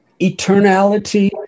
eternality